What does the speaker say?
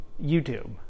YouTube